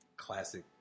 classic